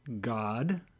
God